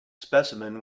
specimen